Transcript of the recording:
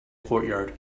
courtyard